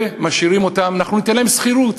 ומשאירים אותם, אנחנו ניתן להם שכירות.